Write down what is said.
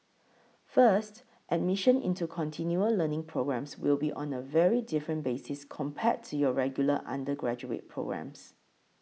first admission into continual learning programmes will be on a very different basis compared to your regular undergraduate programmes